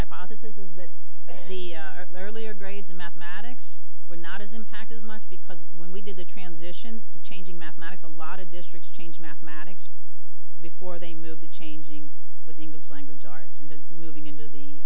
hypothesis is that the earlier grades in mathematics were not as impact as much because when we did the transition to changing mathematics a lot of districts change mathematics before they move to changing with the english language arts and moving into the